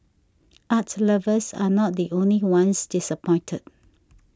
art lovers are not the only ones disappointed